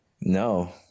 No